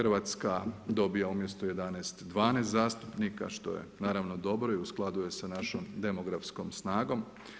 RH dobija umjesto 11, 12 zastupnika, što je naravno dobro i u skladu je sa našom demografskom snagom.